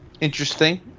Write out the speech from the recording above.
Interesting